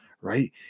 right